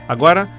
Agora